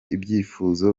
ibyifuzo